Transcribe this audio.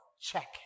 check